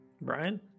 Brian